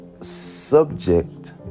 subject